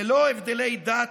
ללא הבדלי דת,